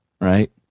Right